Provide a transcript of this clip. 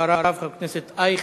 אחריו, חבר הכנסת אייכלר.